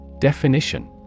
Definition